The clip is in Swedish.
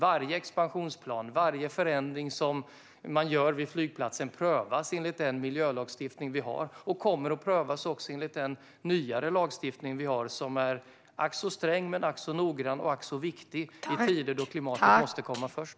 Varje expansionsplan och varje förändring som görs vid flygplatsen prövas enligt den miljölagstiftning vi har och kommer också att prövas enligt den nyare lagstiftningen, som är ack så sträng och noggrann och ack så viktig i tider då klimatet måste komma först.